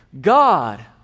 God